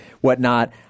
whatnot